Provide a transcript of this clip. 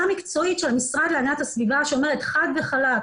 המקצועית של המשרד להגנת הסביבה שאומרת חד וחלק,